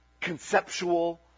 conceptual